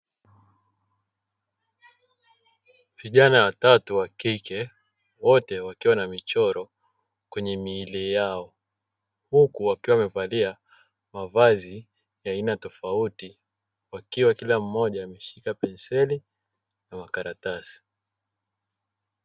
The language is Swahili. Vijana watatu wa kike, wote wakiwa na michoro kwenye miili yao, huku wakiwa wamevalia mavazi ya aina tofauti, wakiwa kila mmoja ameshika penseli na karatasi.